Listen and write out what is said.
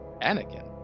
Anakin